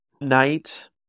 night